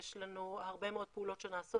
יש לנו הרבה מאוד פעולות שנעשות,